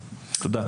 תודה.